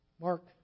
Mark